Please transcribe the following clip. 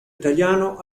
italiano